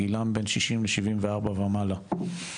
גילם הוא 60-74 ומעלה.